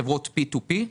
חברות P2P,